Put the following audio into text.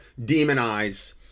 demonize